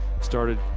started